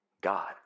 God